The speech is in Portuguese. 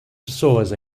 pessoas